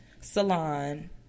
Salon